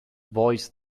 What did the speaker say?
voice